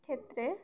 ক্ষেত্রে